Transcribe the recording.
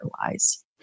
otherwise